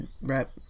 rap